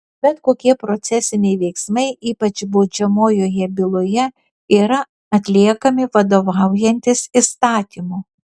bet kokie procesiniai veiksmai ypač baudžiamojoje byloje yra atliekami vadovaujantis įstatymu